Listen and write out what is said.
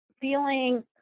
feeling